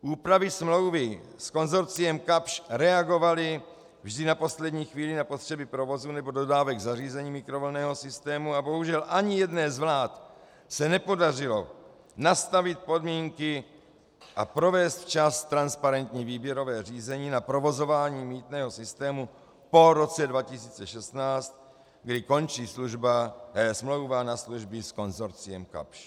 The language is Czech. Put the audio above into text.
Úpravy smlouvy s konsorciem Kapsch reagovaly vždy na poslední chvíli na potřeby provozu nebo dodávek zařízení mikrovlnného systému a bohužel ani jedné z vlád se nepodařilo nastavit podmínky a provést včas transparentní výběrové řízení na provozování mýtného systému po roce 2016, kdy končí smlouva na služby s konsorciem Kapsch.